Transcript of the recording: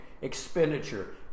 expenditure